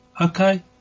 Okay